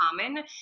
common